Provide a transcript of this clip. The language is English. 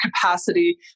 capacity